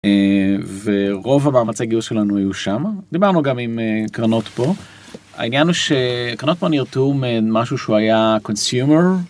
ורוב המאמצי גיוס שלנו היו שמה. דיברנו גם עם קרנות פה, העניין הוא שקרנות פה נרתעו ממשהו שהוא היה קונסיומר.